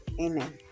Amen